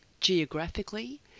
geographically